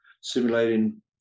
simulating